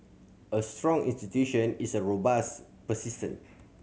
a strong institution is robust persistent